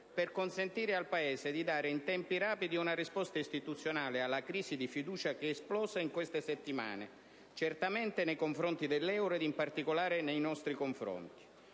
per consentire al Paese di dare in tempi rapidi una risposta istituzionale alla crisi di fiducia esplosa in queste settimane nei confronti dell'euro, in particolare con riferimento